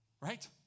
right